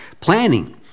Planning